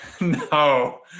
no